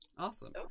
Awesome